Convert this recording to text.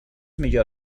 millor